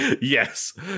yes